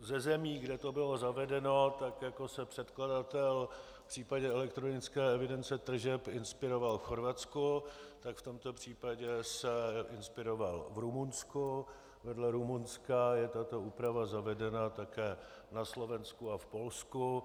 Ze zemí, kde to bylo zavedeno, tak jako se předkladatel v případě elektronické evidence tržeb inspiroval v Chorvatsku, tak v tomto případě se inspiroval v Rumunsku, vedle Rumunska je tato úprava zavedena také na Slovensku a v Polsku.